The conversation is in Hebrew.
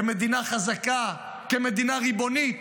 כמדינה חזקה, כמדינה ריבונית,